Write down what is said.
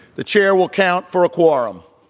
the chair will count for a quorum